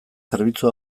zerbitzu